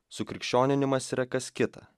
sukrikščioninimas yra kas kita